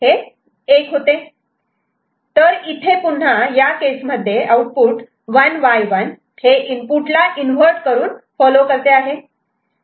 तर इथे पुन्हा या केसमध्ये आउटपुट 1Y1 हे इनपुटला इन्व्हर्ट करून फॉलो करते